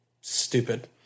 stupid